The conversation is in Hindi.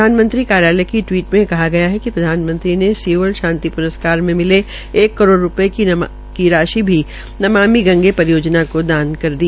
प्रधानमंत्री कार्यालय की टिवीट में कहा गया है कि प्रधानमंत्री ने सोल शंति प्रस्कार में मिले एक करोड़ भी नमामि गंगे परियोजना को दान किये थे